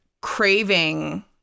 craving